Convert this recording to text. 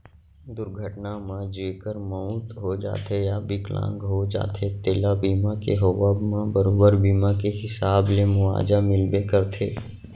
दुरघटना म जेकर मउत हो जाथे या बिकलांग हो जाथें तेला बीमा के होवब म बरोबर बीमा के हिसाब ले मुवाजा मिलबे करथे